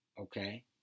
Okay